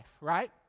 right